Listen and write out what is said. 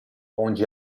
onde